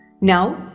Now